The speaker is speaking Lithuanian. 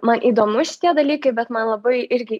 man įdomu šitie dalykai bet man labai irgi